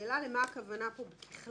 השאלה למה הכוונה פה "ככלל"?